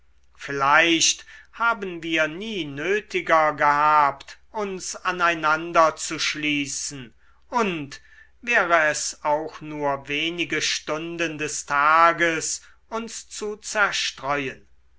vielleicht haben wir nie nötiger gehabt uns aneinanderzuschließen und wäre es auch nur wenige stunden des tages uns zu zerstreuen